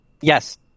Yes